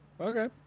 okay